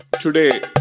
Today